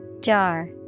Jar